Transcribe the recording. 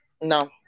no